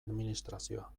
administrazioa